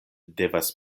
devas